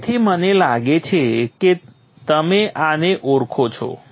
તેથી મને લાગે છે કે તમે આને ઓળખો છો